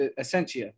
Essentia